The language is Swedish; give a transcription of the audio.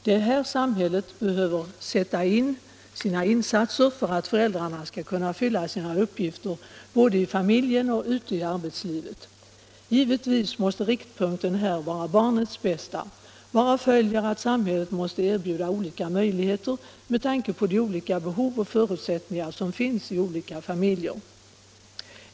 Det är här samhället behöver sätta in sina insatser för att föräldrarna skall kunna fylla sina uppgifter både i familjen och ute i arbetslivet. Givetvis måste riktpunkten här vara barnets bästa, varav följer att samhället måste erbjuda olika möjligheter med tanke på de skilda behov och förutsättningar som finns i familjerna.